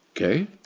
Okay